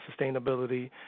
sustainability